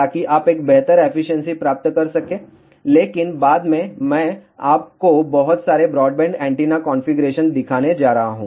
ताकि आप एक बेहतर एफिशिएंसी प्राप्त कर सकें लेकिन बाद में मैं आपको बहुत सारे ब्रॉडबैंड एंटीना कॉन्फ़िगरेशन दिखाने जा रहा हूं